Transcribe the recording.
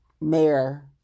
mayor